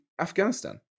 Afghanistan